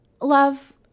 love